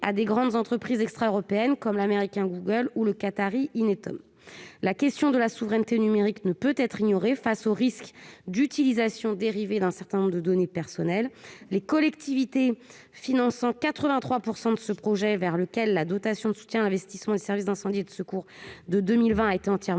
de grandes entreprises extraeuropéennes comme l'américaine Google ou la qatarie Inetum ? La question de la souveraineté numérique ne peut être ignorée face aux risques d'utilisation dérivée d'un certain nombre de données personnelles. Comme les collectivités financent 83 % de ce projet vers lequel la dotation de soutien aux investissements structurants des services d'incendie et de secours de 2020 a été entièrement